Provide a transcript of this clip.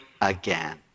again